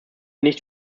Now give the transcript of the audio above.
nicht